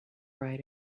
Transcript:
right